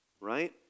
Right